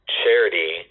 charity